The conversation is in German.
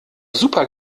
super